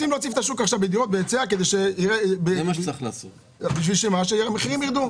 תציף את השוק בהיצע, כדי שהמחירים ירדו.